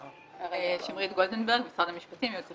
שמרית גולדנברג, משרד המשפטים, ייעוץ וחקיקה.